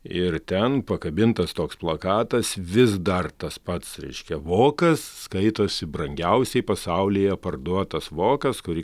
ir ten pakabintas toks plakatas vis dar tas pats reiškia vokas skaitosi brangiausiai pasaulyje parduotas vokas kurį